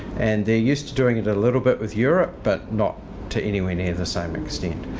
and they're used to doing it a little bit with europe but not to anywhere near the same extent.